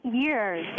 years